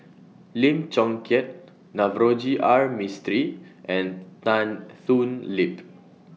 Lim Chong Keat Navroji R Mistri and Tan Thoon Lip